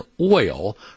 oil